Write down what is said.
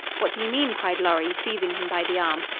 what do you mean? cried lorry, seizing him by the arm.